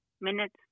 minutes